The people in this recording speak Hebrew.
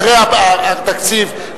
אחרי התקציב,